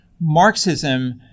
Marxism